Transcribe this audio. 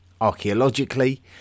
Archaeologically